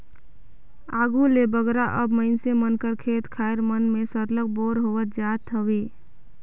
आघु ले बगरा अब मइनसे मन कर खेत खाएर मन में सरलग बोर होवत जात हवे